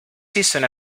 season